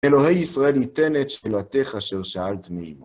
אלוהי ישראל, ייתן את שלתך אשר שאלת מעמו.